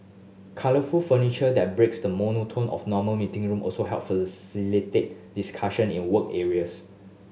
colourful furniture that breaks the monotony of normal meeting room also help facilitate discussion in work areas